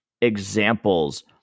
examples